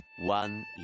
one